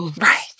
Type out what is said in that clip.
right